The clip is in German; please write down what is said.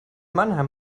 mannheim